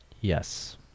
Yes